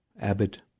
abbot